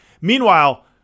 Meanwhile